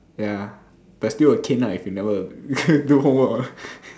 ya but still a king ah if you never do homework [one]